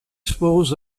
suppose